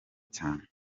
cyane